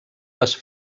les